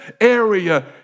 area